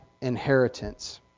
inheritance